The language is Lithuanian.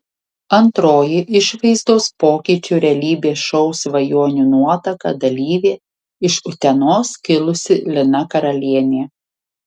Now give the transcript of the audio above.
antroji išvaizdos pokyčių realybės šou svajonių nuotaka dalyvė iš utenos kilusi lina karalienė